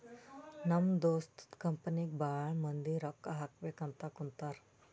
ನಮ್ ದೋಸ್ತದು ಕಂಪನಿಗ್ ಭಾಳ ಮಂದಿ ರೊಕ್ಕಾ ಹಾಕಬೇಕ್ ಅಂತ್ ಕುಂತಾರ್